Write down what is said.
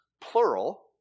plural